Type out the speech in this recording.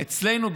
אצלנו,